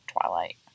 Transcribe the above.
twilight